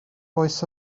oes